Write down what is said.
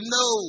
no